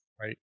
Right